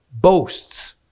boasts